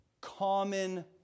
common